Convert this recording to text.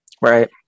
Right